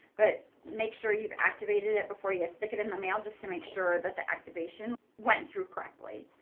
but make sure you've activated it before you stick it in the mail just to make sure that the activation went through correctly.